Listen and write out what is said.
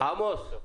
עמוס,